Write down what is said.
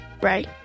Right